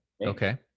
okay